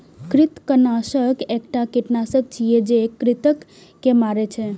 कृंतकनाशक एकटा कीटनाशक छियै, जे कृंतक के मारै छै